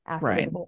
right